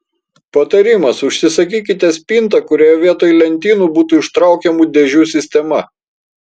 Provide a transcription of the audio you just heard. patarimas užsisakykite spintą kurioje vietoj lentynų būtų ištraukiamų dėžių sistema